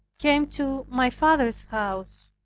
came to my father's house.